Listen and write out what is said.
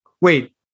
wait